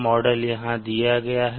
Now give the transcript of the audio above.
model यहाँ दिया गया है